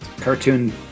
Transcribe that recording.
Cartoon